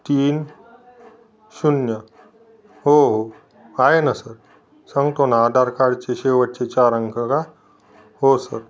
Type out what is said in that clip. तीन शून्य हो हो आहे ना सर सांगतो ना आधार कार्डचे शेवटचे चार अंक का हो सर